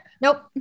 Nope